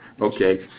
Okay